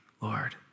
Lord